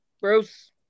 Bruce